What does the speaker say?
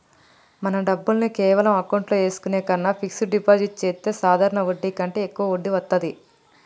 మన డబ్బుల్ని కేవలం అకౌంట్లో ఏసుకునే కన్నా ఫిక్సడ్ డిపాజిట్ చెత్తే సాధారణ వడ్డీ కంటే యెక్కువ వడ్డీ వత్తాది